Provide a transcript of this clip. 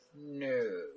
no